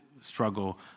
struggle